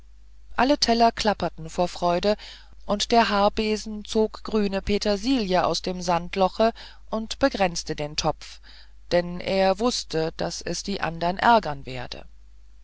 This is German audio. alle teller klapperten vor freude und der haarbesen zog grüne petersilie aus dem sandloche und bekränzte den topf denn er wußte daß es die andern ärgern werde